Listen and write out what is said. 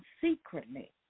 secretly